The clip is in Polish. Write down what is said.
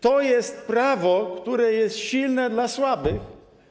To jest prawo, które jest silne dla słabych.